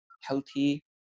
healthy